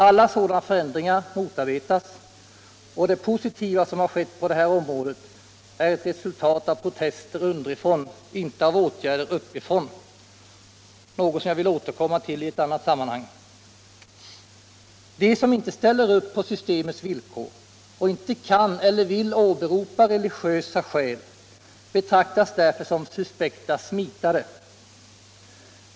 Alla sådana förändringar motarbetas, och det positiva som har skett på det här området är ett resultat av protester underifrån, inte av åtgärder uppifrån, något som jag vill återkomma till i annat sammanhang. De som inte ställer upp på systemets villkor och som inte kan eller vill åberopa religiösa skäl betraktas därför som suspekta smitare.